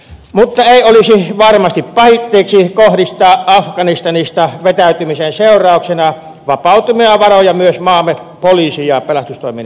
mutta ei olisi varmasti pahitteeksi kohdistaa afganistanista vetäytymisen seurauksena vapautuvia varoja myös maamme poliisi ja pelastustoimen hyväksi